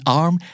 arm